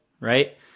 right